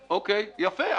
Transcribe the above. יפה.